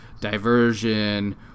diversion